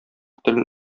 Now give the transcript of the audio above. телен